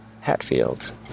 Hatfield